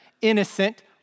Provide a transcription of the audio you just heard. innocent